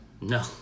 no